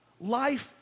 Life